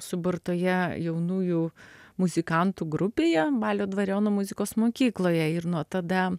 suburtoje jaunųjų muzikantų grupėje balio dvariono muzikos mokykloje ir nuo tada